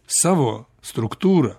savo struktūrą